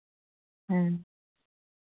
ᱦᱮᱸ